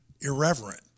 irreverent